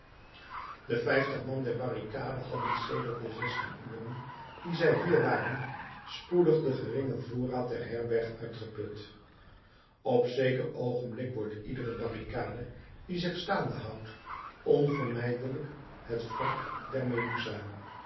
de vijftig man der barricade hadden sedert de zestien uren die zij hier waren spoedig den geringen voorraad der herberg uitgeput op zeker oogenblik wordt iedere barricade die zich staande houdt onvermijdelijk het wrak